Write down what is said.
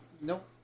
Nope